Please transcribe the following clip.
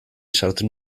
sartu